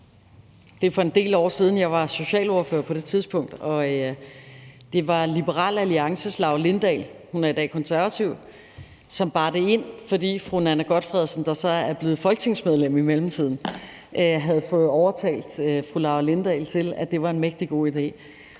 det er en del år siden, og jeg var socialordfører på det tidspunkt, og det var Liberal Alliances Laura Lindahl, som i dag er konservativ, som bar det ind, fordi fru Nanna W. Gotfredsen, der så er blevet folketingsmedlem i mellemtiden, havde fået overtalt fru Laura Lindahl til, at det var en mægtig god idé,